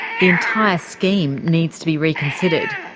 the entire scheme needs to be reconsidered.